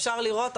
אפשר לראות,